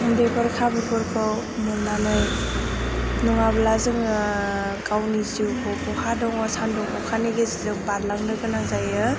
बेफोर खाबुफोरखौ मोननानै नङाब्ला जोङो गावनि जिउखौ बहा दङ सान्दुं अखानि गेजेरजों बारहोलांनो गोनां जायो